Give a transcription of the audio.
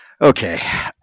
okay